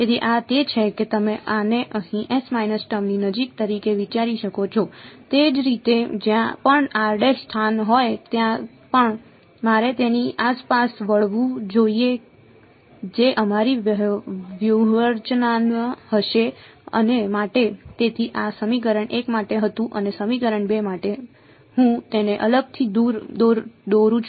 તેથી આ તે છે કે તમે આને અહીં ટર્મ ની નજીક તરીકે વિચારી શકો છો તે જ રીતે જ્યાં પણ સ્થાન હોય ત્યાં પણ મારે તેની આસપાસ વાળવું જોઈએ જે અમારી વ્યૂહરચના હશે અને માટે તેથી આ સમીકરણ 1 માટે હતું અને સમીકરણ 2 માટે હું તેને અલગથી દોરું છું